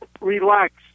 relax